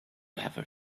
ever